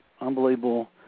unbelievable